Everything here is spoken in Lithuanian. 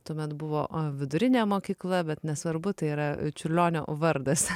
tuomet buvo a vidurinė mokykla bet nesvarbu tai yra čiurlionio vardas